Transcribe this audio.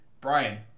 Brian